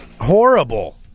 horrible